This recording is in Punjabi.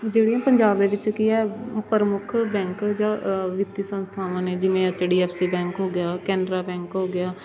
ਜਿਹੜੀਆਂ ਪੰਜਾਬ ਦੇ ਵਿੱਚ ਕੀ ਹੈ ਪ੍ਰਮੁੱਖ ਬੈਂਕ ਜਾਂ ਅ ਵਿੱਤੀ ਸੰਸਥਾਵਾਂ ਨੇ ਜਿਵੇਂ H D F C bank ਹੋ ਗਿਆ ਕੈਨਰਾ ਬੈਂਕ ਹੋ ਗਿਆ